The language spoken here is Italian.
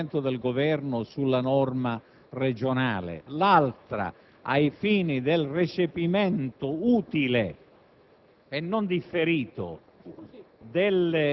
ai fini della efficacia dell'intervento del Governo sulla norma regionale, l'altra ai fini del recepimento utile